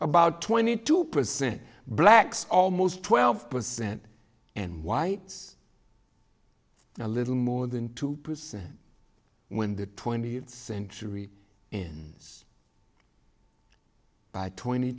about twenty two percent blacks almost twelve percent and whites a little more than two percent when the twentieth century in by twenty